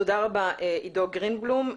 תודה רבה, עידו גרינבלום.